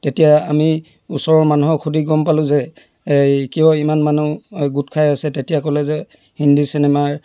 তেতিয়া আমি ওচৰৰ মানুহক সুধি গম পালোঁ যে কিয় ইমান মানুহ গোট খাই আছে তেতিয়া ক'লে যে হিন্দী চিনেমাৰ